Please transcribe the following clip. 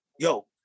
Yo